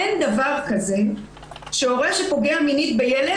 אין דבר כזה שהורה שפוגע מינית בילד,